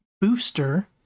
Booster